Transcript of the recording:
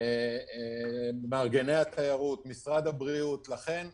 הדבר הזה לא רק מסכן את הציבור,